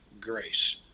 grace